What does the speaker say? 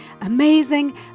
amazing